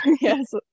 Yes